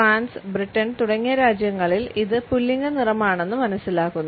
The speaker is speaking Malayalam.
ഫ്രാൻസ് ബ്രിട്ടൻ തുടങ്ങിയ രാജ്യങ്ങളിൽ ഇത് പുല്ലിംഗ നിറമാണെന്ന് മനസ്സിലാക്കുന്നു